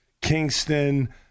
Kingston